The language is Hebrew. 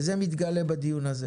וזה מתגלה בדיון הזה.